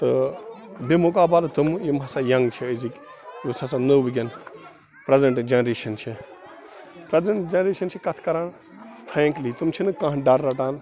تہٕ بِمُقابَل تٕمہٕ یِم ہَسا یَنٛگ چھِ أزِکۍ یُس ہَسا نٔو وٕنۍکٮ۪ن پرٛزٮ۪نٛٹ جَنریشَن چھِ پرٛیٚزٮ۪نٛٹ جَنریشَن چھِ کَتھ کَران فرینٛکلی تِم چھِنہٕ کانٛہہ ڈَر رَٹان